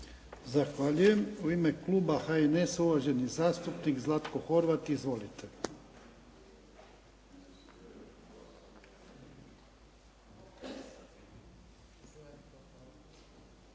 Zahvaljujem. U ime kluba HNS-a, uvaženi zastupnik Zlatko Horvat. Izvolite.